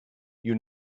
you